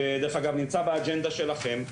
שדרך אגב נמצא באג'נדה שלכם,